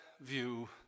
view